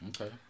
Okay